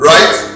Right